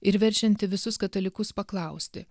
ir verčianti visus katalikus paklausti